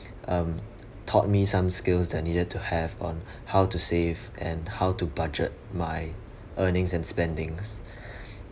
um taught me some skills that I needed to have on how to save and how to budget my earnings and spendings